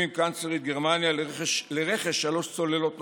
עם קנצלרית גרמניה לרכש שלוש צוללות נוספות,